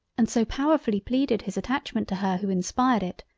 and so powerfully pleaded his attachment to her who inspired it,